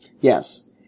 Yes